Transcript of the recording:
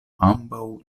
ambaŭ